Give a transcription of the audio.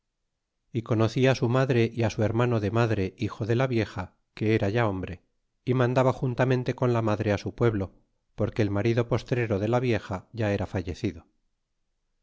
y conocí su madre y su hermano de madre hijo de la vieja que era ya hombre y mandaba juntamente con la madre á su pueblo porque el marido postrero de la vieja ya era fallecido